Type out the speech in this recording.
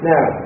Now